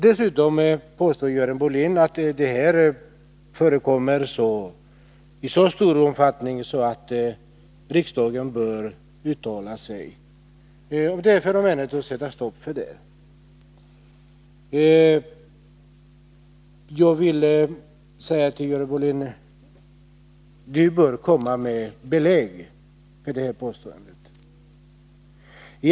Dessutom påstår Görel Bohlin att det här förekommer i så stor omfattning att riksdagen bör uttala sig om det och försöka sätta stopp för verksamheten. Jag vill säga till Görel Bohlin att hon bör komma med belägg för dessa påståenden.